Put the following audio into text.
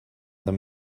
them